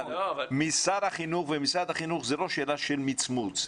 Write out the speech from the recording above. שר החינוך ומשרד החינוך, זאת לא שאלה של מצמוץ.